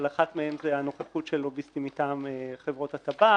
אבל אחת מהן היא הנוכחות של לוביסטים מטעם חברות הטבק.